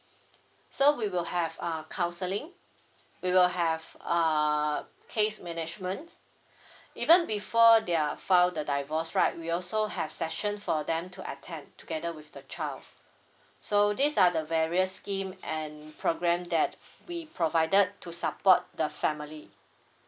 so we will have uh counseling we will have uh case management even before they file the divorce right we also have session for them to attend together with the child so these are the various scheme and programme that we provided to support the family